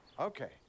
Okay